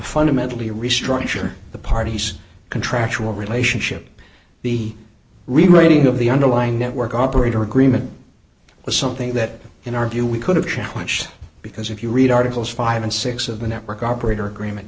fundamentally restructure the parties contractual relationship b rating of the underlying network operator agreement was something that in our view we could have challenged because if you read arctic as five and six of the network operator agreement